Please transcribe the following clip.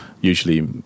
Usually